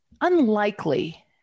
unlikely